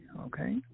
Okay